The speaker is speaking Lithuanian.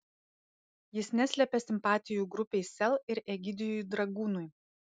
jis neslepia simpatijų grupei sel ir egidijui dragūnui